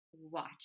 watch